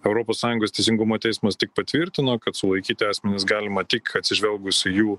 europos sąjungos teisingumo teismas tik patvirtino kad sulaikyti asmenis galima tik atsižvelgus į jų